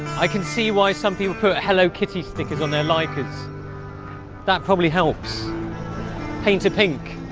i can see why some people put hello kitty stickers on their likers that probably helps paint a pink.